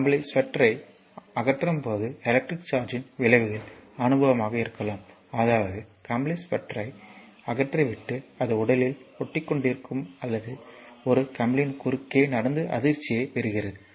கம்பளி ஸ்வெட்டரை அகற்றும்போது எலக்ட்ரிக் சார்ஜ்யின் விளைவுகள் அனுபவமாக இருக்கலாம் அதாவது கம்பளி ஸ்வெட்டரை அகற்றிவிட்டு அது உடலில் ஒட்டிக்கொண்டிருக்கும் அல்லது ஒரு கம்பளத்தின் குறுக்கே நடந்து அதிர்ச்சியைப் பெறுகிறது